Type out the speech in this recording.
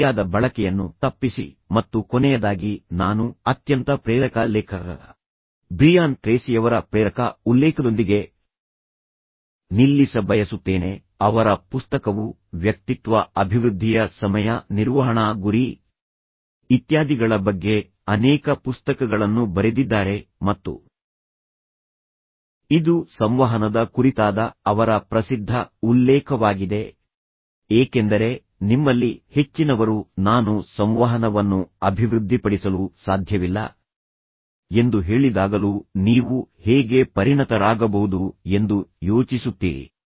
ಅತಿಯಾದ ಬಳಕೆಯನ್ನು ತಪ್ಪಿಸಿ ಮತ್ತು ಕೊನೆಯದಾಗಿ ನಾನು ಅತ್ಯಂತ ಪ್ರೇರಕ ಲೇಖಕ ಬ್ರಿಯಾನ್ ಟ್ರೇಸಿಯವರ ಪ್ರೇರಕ ಉಲ್ಲೇಖದೊಂದಿಗೆ ನಿಲ್ಲಿಸ ಬಯಸುತ್ತೇನೆ ಅವರ ಪುಸ್ತಕವು ವ್ಯಕ್ತಿತ್ವ ಅಭಿವೃದ್ಧಿಯ ಸಮಯ ನಿರ್ವಹಣಾ ಗುರಿ ಇತ್ಯಾದಿಗಳ ಬಗ್ಗೆ ಅನೇಕ ಪುಸ್ತಕಗಳನ್ನು ಬರೆದಿದ್ದಾರೆ ಮತ್ತು ಇದು ಸಂವಹನದ ಕುರಿತಾದ ಅವರ ಪ್ರಸಿದ್ಧ ಉಲ್ಲೇಖವಾಗಿದೆ ಏಕೆಂದರೆ ನಿಮ್ಮಲ್ಲಿ ಹೆಚ್ಚಿನವರು ನಾನು ಸಂವಹನವನ್ನು ಅಭಿವೃದ್ಧಿಪಡಿಸಲು ಸಾಧ್ಯವಿಲ್ಲ ಎಂದು ಹೇಳಿದಾಗಲೂ ನೀವು ಹೇಗೆ ಪರಿಣತರಾಗಬಹುದು ಎಂದು ಯೋಚಿಸುತ್ತೀರಿ